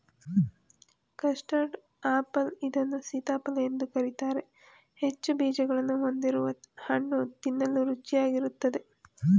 custard apple ಇದನ್ನು ಸೀತಾಫಲ ಎಂದು ಕರಿತಾರೆ ಹೆಚ್ಚು ಬೀಜಗಳನ್ನು ಹೊಂದಿರುವ ಹಣ್ಣು ತಿನ್ನಲು ರುಚಿಯಾಗಿರುತ್ತದೆ